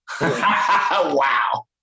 Wow